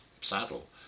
saddle